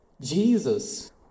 Jesus